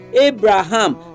Abraham